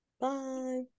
Bye